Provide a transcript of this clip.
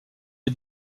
est